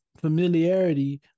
familiarity